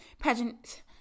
pageant